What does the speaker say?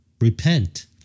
repent